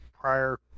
prior